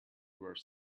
were